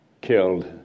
killed